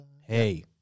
Hey